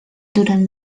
durant